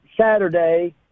Saturday